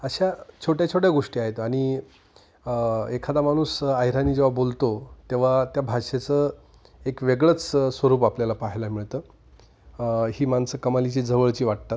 अशा छोट्या छोट्या गोष्टी आहेत आणि एखादा माणूस अहिराणी जेव्हा बोलतो तेव्हा त्या भाषेचं एक वेगळंच स्वरूप आपल्याला पाहायला मिळतं ही माणसं कमालीची जवळची वाटतात